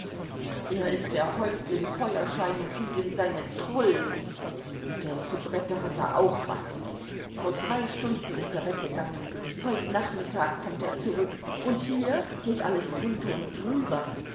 er ist der häuptling feuerschein und sie sind seine trullen mit der soubrette hat er auch was vor zwei stunden ist er weggegangen heut nachmittag kommt er zurück und hier geht alles drunter und drüber